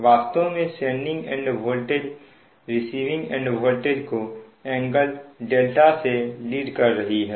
वास्तव में sending end voltage receiving end voltage को एंगल δ से लीड कर रही है